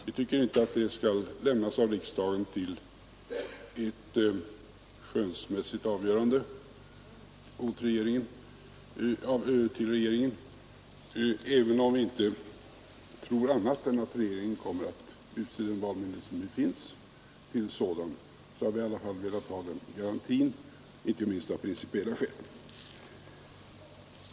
Vi anser inte att riksdagen skall överlåta det till regeringen för ett skönsmässigt avgörande. Även om vi inte tror annat än att regeringen kommer att utse den valmyndighet som redan finns har vi i alla fall velat ha den garantin, inte minst av principiella skäl.